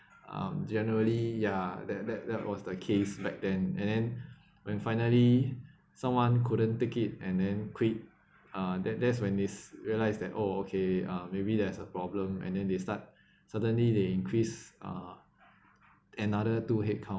um generally ya that that that was the case back then and then when finally someone couldn't take it and then quit uh that that's when they realise that oh okay uh maybe there's a problem and then they start suddenly they increase uh another two headcount